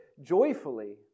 joyfully